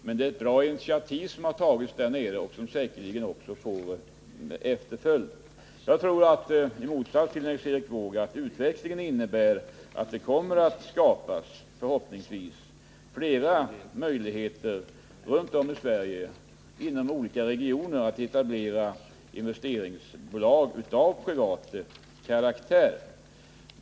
Men det är ett bra initiativ som har tagits och som säkerligen också får efterföljare. Jag tror i motsats till Nils Erik Wååg att utvecklingen förhoppningsvis innebär att det kammer att skapas fler möjligheter inom olika regioner runt om i Sverige att etablera investeringsbolag av privat karaktär.